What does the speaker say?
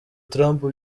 trump